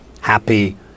happy